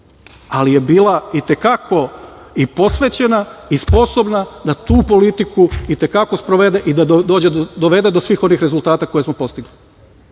ali je bila i te kako i posvećena i sposobna da tu politiku i te kako sprovede i dovede do svih onih rezultata koje smo postigli. Kažem,